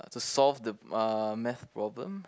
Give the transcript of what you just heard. to solve the uh math problem